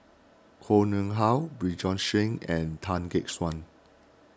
Koh Nguang How Bjorn Shen and Tan Gek Suan